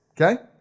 Okay